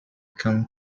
can